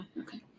Okay